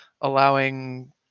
allowing